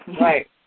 right